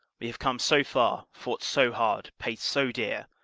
we have come so far, fought so hard, paid so dear,